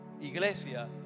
iglesia